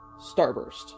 starburst